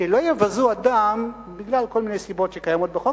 שלא יבזו אדם בגלל כל מיני סיבות שקיימות בחוק,